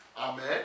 Amen